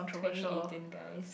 twenty eighteen guys